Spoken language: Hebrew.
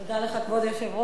כבוד היושב-ראש,